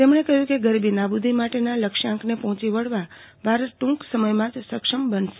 તેમણે કહ્યું કે ગરીબી નાબૂદી માટેના લક્ષ્યાંકને પહોંચી વળવા ભારત ટૂંક સમયમાં જ સક્ષમ બનશે